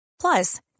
Plus